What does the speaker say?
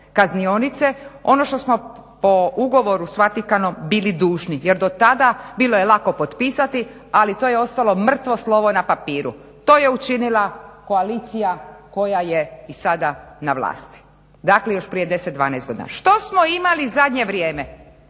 kaznionice. Ono što smo po ugovoru sa Vatikanom bili dužni, jer do tada bilo je lako potpisati, ali to je ostalo mrtvo slovo na papiru. To je učinila koalicija koja je i sada na vlasti. Dakle, još prije 10, 12 godina. Što smo imali zadnje vrijeme?